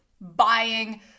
buying